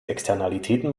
externalitäten